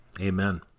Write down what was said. Amen